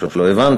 לא שלא הבנתי,